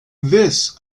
this